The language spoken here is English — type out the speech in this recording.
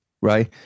right